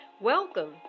Welcome